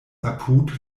apud